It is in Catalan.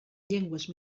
llengües